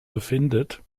befindet